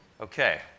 Okay